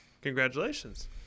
Congratulations